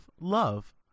love